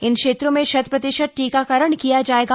इन क्षेत्रों में शत प्रतिशत टीकाकरण किया जाएगा